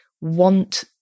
want